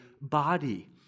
body